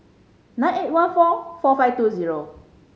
nine eight one four four five two zero